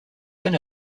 van